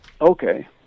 Okay